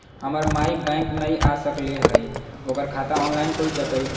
हमर माई बैंक नई आ सकली हई, ओकर खाता ऑनलाइन खुल जयतई?